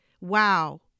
wow